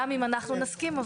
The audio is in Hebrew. גם אם אנחנו נסכים.